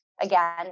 Again